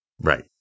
Right